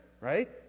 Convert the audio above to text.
right